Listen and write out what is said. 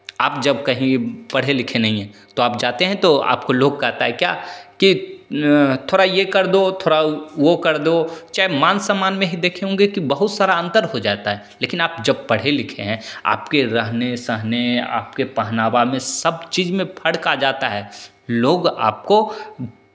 आप जब कहीं पढ़े लिखे नहीं हैं तो आप जाते हैं तो आपको लोग कहता है क्या कि थोड़ा ये कर दो थोड़ा वो कर दो चाहे मान सम्मान में हीं देखे होंगे कि बहुत सारा अंतर हो जाता है लेकिन जब आप पढ़े लिखे हैं आपके रहने सहने आपके पहनावा में सब चीज़ में फ़र्क आ जाता है लोग आपको